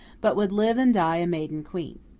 but would live and die a maiden queen.